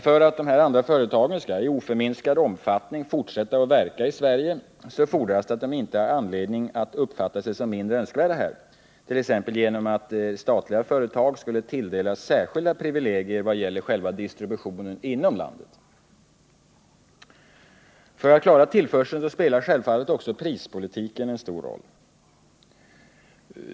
För att dessa andra företag skall i oförminskad omfattning kunna fortsätta att verka i Sverige fordras att de inte har anledning att uppfatta sig som mindre önskvärda här, t.ex. genom att statliga företag skulle tilldelas särskilda privilegier vad gäller själva distributionen inom landet. Föratt klara oljetillförseln spelar självfallet prispolitiken en stor roll.